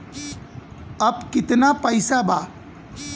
अब कितना पैसा बा?